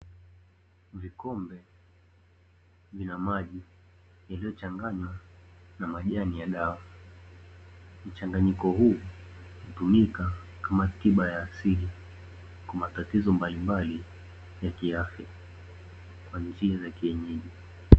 Vikombe vina maji yaliyochanganywa na majani ya dawa. Mchanganyiko huu hutumika kama tiba ya asili kwa matatizo mbalimbali ya kiafya, kwa njia za kienyeji.